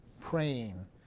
praying